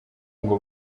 ngo